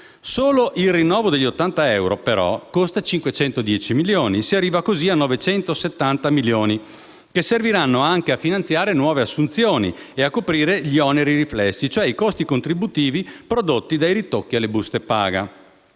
Solo il rinnovo del *bonus* degli 80 euro, però, costa 510 milioni, si arriva così a 970 milioni, che serviranno anche a finanziare nuove assunzioni e a coprire gli oneri riflessi, cioè i costi contributivi prodotti dai ritocchi alle buste paga.